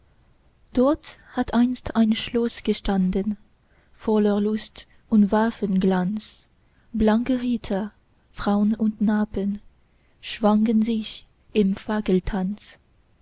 dort hat einst ein schloß gestanden voller lust und waffenglanz blanke ritter fraun und knappen schwangen sich im